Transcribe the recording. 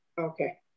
Okay